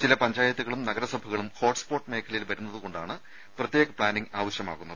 ചില പഞ്ചായത്തുകളും നഗരസഭകളും ഹോട്ട്സ്പോട്ട് മേഖലയിൽ വരുന്നതുകൊണ്ടാണ് പ്രത്യേക പ്ലാനിംഗ് ആവശ്യമാകുന്നത്